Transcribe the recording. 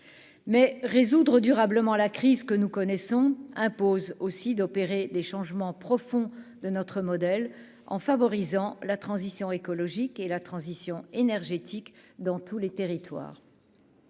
mais résoudre durablement la crise que nous connaissons impose aussi d'opérer des changements profonds de notre modèle, en favorisant la transition écologique et la transition énergétique dans tous les territoires.